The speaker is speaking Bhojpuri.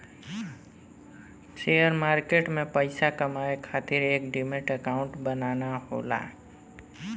शेयर मार्किट में पइसा कमाये खातिर एक डिमैट अकांउट बनाना होला